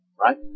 right